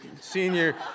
senior